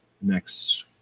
next